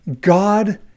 God